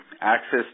access